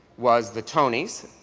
was the tonys,